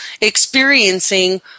experiencing